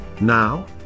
Now